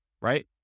right